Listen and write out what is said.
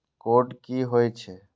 Code की होय छै?